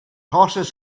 horses